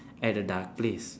at a dark place